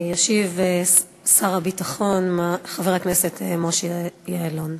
ישיב שר הביטחון חבר הכנסת משה יעלון.